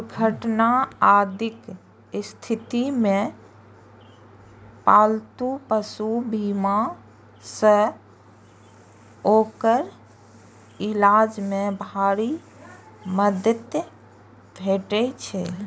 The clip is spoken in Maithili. दुर्घटना आदिक स्थिति मे पालतू पशु बीमा सं ओकर इलाज मे भारी मदति भेटै छै